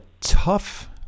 tough